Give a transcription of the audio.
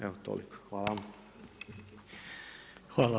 Evo toliko, hvala.